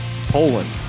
Poland